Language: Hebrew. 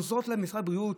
עוזרות למשרד הבריאות,